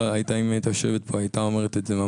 אם היא הייתה יושבת פה היא הייתה אומרת את זה,